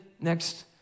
next